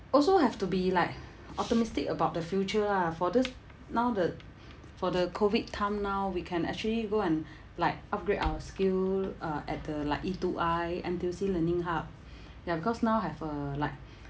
also have to be like optimistic about the future ah for this now the for the COVID time now we can actually go and like upgrade our skill uh at the like E two I N_T_U_C learning hub ya because now have uh like